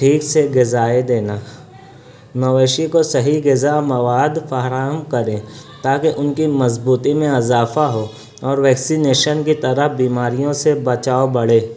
ٹھیک سے غذائیں دینا مویشی کو صحیح غذا مواد فراہم کریں تاکہ ان کی مضبوطی میں اضافہ ہو اور ویکسینیشن کی طرح بیماریوں سے بچاؤ بڑھے